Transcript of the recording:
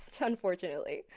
Unfortunately